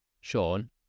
Sean